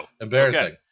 Embarrassing